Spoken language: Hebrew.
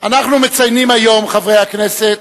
אנחנו מציינים היום, חברי הכנסת,